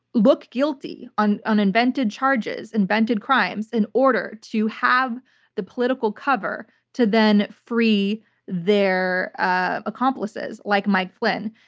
look guilty on on invented charges, invented crimes, in order to have the political cover to then free their ah accomplices, like mike flynn.